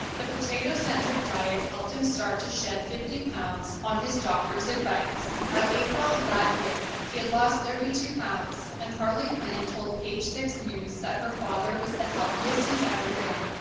the potato-centric diet helped him start to shed fifty pounds on his doctor's advice. by april of that year, he had lost thirty two pounds and harley quinn told page six news that her father was the healthiest he's ever been.